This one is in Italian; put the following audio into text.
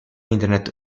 internet